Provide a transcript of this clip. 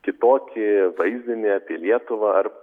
kitokį vaizdinį apie lietuvą ar